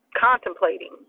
contemplating